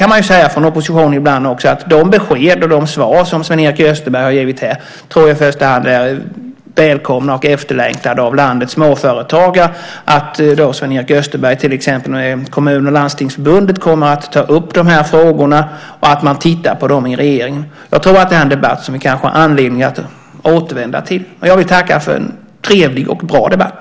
Man kan ju säga från oppositionen att de besked och de svar som Sven-Erik Österberg har givit är i första hand välkomna och efterlängtade av landets småföretagare, till exempel att Sven-Erik Österberg kommer att ta upp de här frågorna med Kommun och Landstingsförbundet och att regeringen ska titta på dem. Jag tror att det här är en debatt som vi har anledning att återvända till. Jag vill tacka för en trevlig och bra debatt.